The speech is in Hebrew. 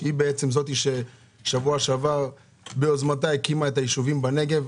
שהיא בעצם זאת שבשבוע שעבר ביוזמתה הקימה את הישובים בנגב,